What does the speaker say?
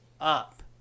up